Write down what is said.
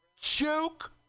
Joke